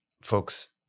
folks